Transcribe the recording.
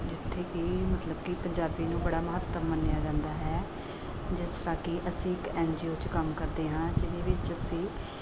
ਜਿੱਥੇ ਕਿ ਮਤਲਬ ਕਿ ਪੰਜਾਬੀ ਨੂੰ ਬੜਾ ਮਹੱਤਵ ਮੰਨਿਆ ਜਾਂਦਾ ਹੈ ਜਿਸ ਤਰ੍ਹਾਂ ਕਿ ਅਸੀਂ ਇੱਕ ਐਨ ਜੀ ਓ 'ਚ ਕੰਮ ਕਰਦੇ ਹਾਂ ਜਿਹਦੇ ਵਿੱਚ ਅਸੀਂ